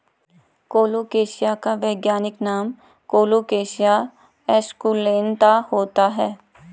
colocasia का वैज्ञानिक नाम कोलोकेशिया एस्कुलेंता होता है